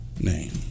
name